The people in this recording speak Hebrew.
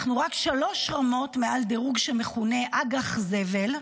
אנחנו רק שלוש רמות מעל דירוג שמכונה אג"ח זבל,